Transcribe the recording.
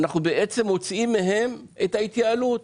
אנחנו בעצם מוציאים מהן את ההתייעלות,